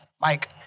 Mike